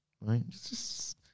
right